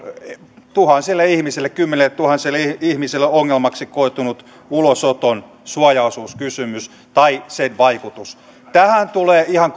kymmenilletuhansille ihmisille kymmenilletuhansille ihmisille ongelmaksi koitunut ulosoton suojaosuuskysymys tai sen vaikutus tähän liittyen tulee ihan